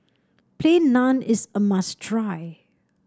Plain Naan is a must try